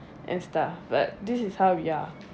and stuff but this is how we are